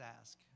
ask